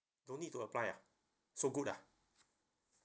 don't need to apply ah so good ah